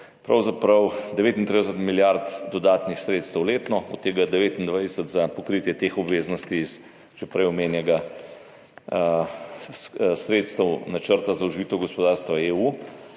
pravzaprav 39 milijard dodatnih sredstev letno, od tega 29 za pokritje teh obveznosti iz že prej omenjenih sredstev načrta za oživitev gospodarstva EU,